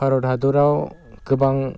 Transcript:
भारत हादराव गोबां